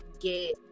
Get